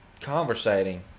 conversating